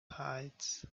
heights